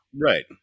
right